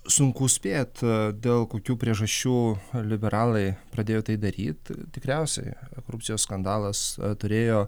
sunku spėt dėl kokių priežasčių liberalai pradėjo tai daryt tikriausiai korupcijos skandalas turėjo